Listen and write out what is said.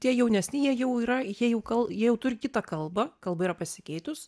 tie jaunesni jie jau yra jie jau kal jie jau turi kitą kalbą kalba yra pasikeitus